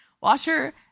Washer